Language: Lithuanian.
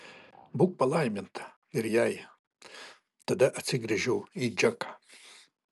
būk palaiminta ir jai tada atsigręžiau į džeką